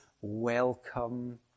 welcome